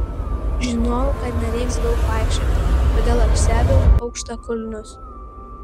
žinojau kad nereiks daug vaikščioti todėl apsiaviau aukštakulnius